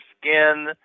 skin